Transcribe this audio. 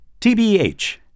TBH